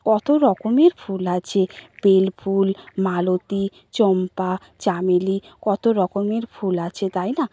কত রকমের ফুল আছে বেল ফুল মালতী চম্পা চামেলি কত রকমের ফুল আছে তাই না